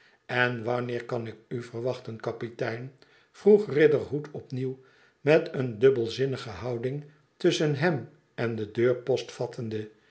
n wanneer kan ik u verwachten kapitein vroeg riderhood opnieuw met eene dubbelzinnige houding tusschen hem en de deur